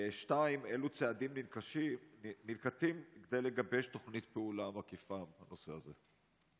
2. אילו צעדים ננקטים כדי לגבש תוכנית פעולה מקיפה בנושא הזה?